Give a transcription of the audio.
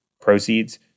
proceeds